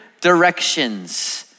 directions